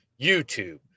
YouTube